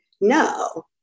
no